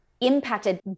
impacted